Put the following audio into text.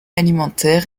alimentaire